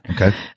Okay